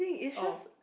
oh